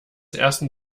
ersten